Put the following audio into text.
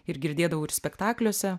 ir girdėdavau ir spektakliuose